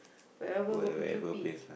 wherever barbecue pit